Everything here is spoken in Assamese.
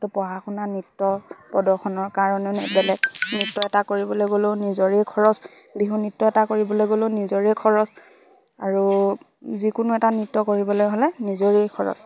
পঢ়া শুনা নৃত্য প্ৰদৰ্শনৰ কাৰণেও ন বেলেগ নৃত্য এটা কৰিবলে গ'লেও নিজৰেই খৰচ বিহু নৃত্য এটা কৰিবলে গ'লেও নিজৰেই খৰচ আৰু যিকোনো এটা নৃত্য কৰিবলৈ হ'লে নিজৰেই খৰচ